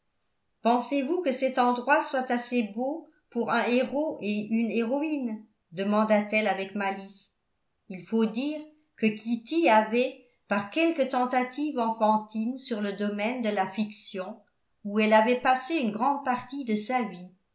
pensez-vous que cet endroit soit assez beau pour un héros et une héroïne demanda-t-elle avec malice il faut dire que kitty avait par quelques tentatives enfantines sur le domaine de la fiction où elle avait passé une grande partie de sa vie